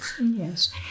Yes